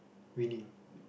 raining